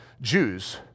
Jews